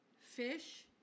fish